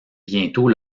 bientôt